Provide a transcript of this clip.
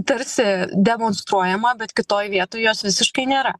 tarsi demonstruojama bet kitoj vietoj jos visiškai nėra